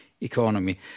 economy